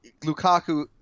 Lukaku